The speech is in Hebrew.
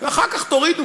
ואחר כך תורידו,